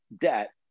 debt